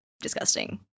disgusting